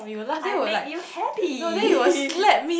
I make you happy